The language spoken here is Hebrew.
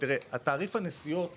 תראה, תעריף הנסיעות